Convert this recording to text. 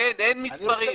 אין מספרים.